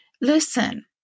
Listen